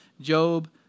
Job